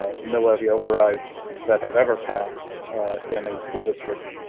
ah milovy overrides that have ever passed in a school district.